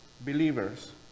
believers